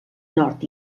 nord